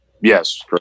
Yes